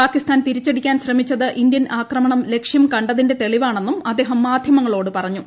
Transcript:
പാകിസ്ഥാൻ തിരിച്ചടിക്കാൻ ശ്രമിച്ചത് ഇന്ത്യൻ ആക്രമണം ലക്ഷ്യം കണ്ടതിന്റെ തെളിവാണെന്നും അദ്ദേഹം മാധ്യമങ്ങളോട് പ്രറഞ്ഞു